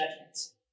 judgments